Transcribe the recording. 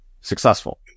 successful